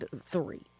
three